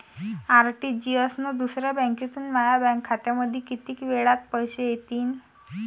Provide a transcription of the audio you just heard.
RTGS न दुसऱ्या बँकेमंधून माया बँक खात्यामंधी कितीक वेळातं पैसे येतीनं?